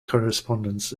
correspondence